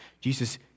Jesus